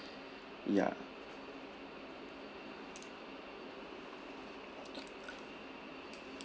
ya